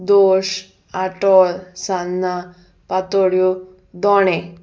दोश आटोळ सान्नां पातोड्यो दोणे